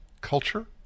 culture